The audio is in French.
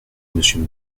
monsieur